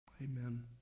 Amen